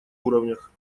уровнях